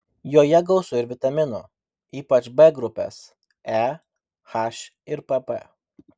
joje gausu ir vitaminų ypač b grupės e h ir pp